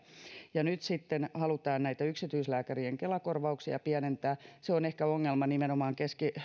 nyt sitten halutaan näitä yksityislääkärien kela korvauksia pienentää se on ehkä ongelma nimenomaan